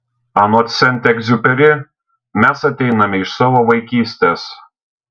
anot sent egziuperi mes ateiname iš savo vaikystės